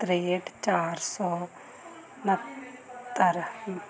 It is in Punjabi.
ਤ੍ਰੇਹਠ ਚਾਰ ਸੌ ਉਣਹੱਤਰ